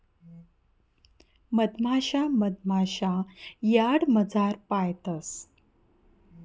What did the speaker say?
मधमाशा मधमाशा यार्डमझार पायतंस